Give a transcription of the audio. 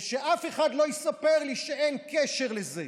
ושאף אחד לא יספר לי שאין קשר לזה.